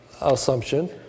assumption